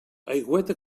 aigüeta